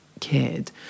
kid